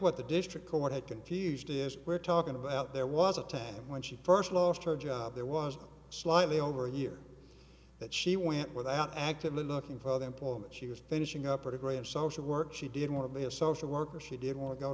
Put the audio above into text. what the district court had confused is we're talking about there was a time when she first lost her job there was slightly over a year that she went without actively looking for other employment she was finishing up a great social work she didn't want to be a social worker she didn't want to go